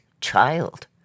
child